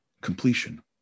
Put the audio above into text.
completion